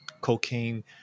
cocaine